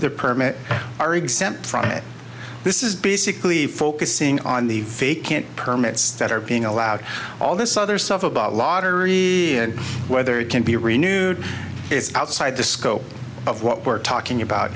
their permit are exempt from it this is basically focusing on the fake can't permits that are being allowed all this other stuff about lottery whether it can be renewed is outside the scope of what we're talking about